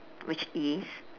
which is